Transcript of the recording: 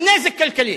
הוא נזק כלכלי.